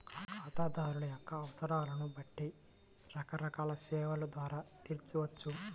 ఖాతాదారుల యొక్క అవసరాలను బట్టి రకరకాల సేవల ద్వారా తీర్చవచ్చు